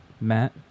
Matt